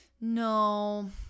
No